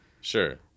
Sure